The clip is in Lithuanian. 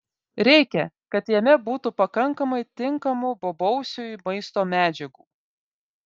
reikia kad jame būtų pakankamai tinkamų bobausiui maisto medžiagų